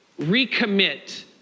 recommit